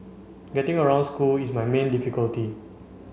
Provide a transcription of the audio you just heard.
getting around school is my main difficulty